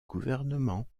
gouvernement